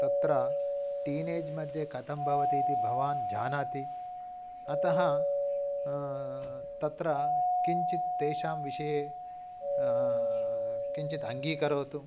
तत्र टीनेज्मध्ये कथं भवति इति भवान् जानाति अतः तत्र किञ्चित् तेषां विषये किञ्चित् अङ्गीकरोतु